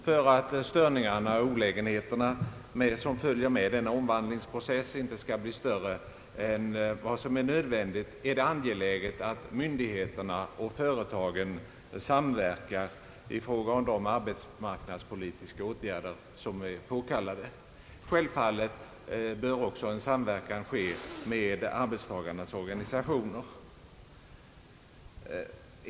För att de störningar och olägenheter som följer med denna omvandlingsprocess inte skall bli större än nödvändigt är det angeläget att myndigheterna och företagen samverkar i fråga om de arbetsmarknadspolitiska åtgärder som är påkallade. Självfallet bör också en samverkan ske med arbetstagarnas organisationer.